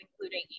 including